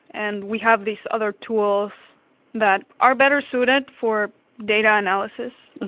and we have these other tools that are better suited for data analysis,